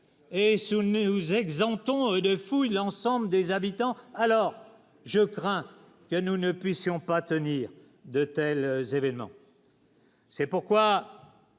vous exemptant de. L'ensemble des habitants, alors je crains que nous ne puissions pas tenir de tels événements. C'est pourquoi,